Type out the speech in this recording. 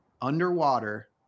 underwater